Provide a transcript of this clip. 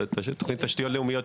תוכנית תשתיות לאומיות,